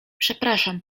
przepraszam